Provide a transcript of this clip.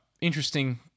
interesting